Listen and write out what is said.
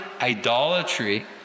idolatry